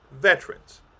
veterans